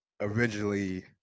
originally